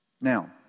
now